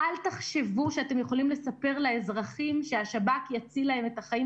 אל תחשבו שאתם יכולים לספר לאזרחים שהשב"כ יציל להם את החיים,